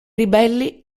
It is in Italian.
ribelli